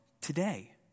today